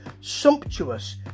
sumptuous